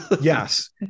Yes